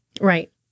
right